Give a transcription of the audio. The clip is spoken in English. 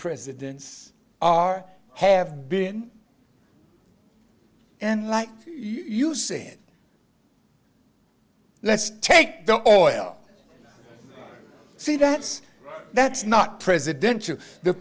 presidents are have been and like you said let's take the oil see that's that's not presidential the